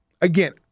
Again